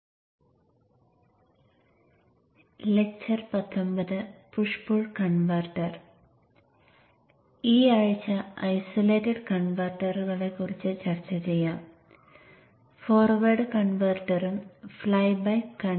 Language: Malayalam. ഇപ്പോൾ ഇതൊരു ഹാഫ് ബ്രിഡ്ജ് കൺവെർട്ടറാണ്